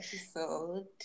episode